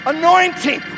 anointing